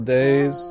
days